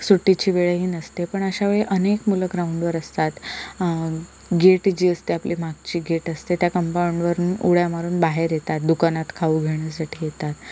सुट्टीची वेळही नसते पण अशावेळी अनेक मुलं ग्राऊंडवर असतात गेट जी असते आपली मागची गेट असते त्या कंपाऊंडवरून उड्या मारून बाहेर येतात दुकानात खाऊ घेण्यासाठी येतात